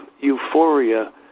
euphoria